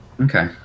Okay